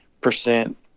percent